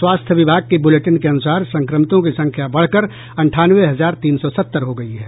स्वास्थ्य विभाग की बुलेटिन के अनुसार संक्रमितों की संख्या बढ़कर अंठानवे हजार तीन सौ सत्तर हो गयी है